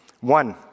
one